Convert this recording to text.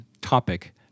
topic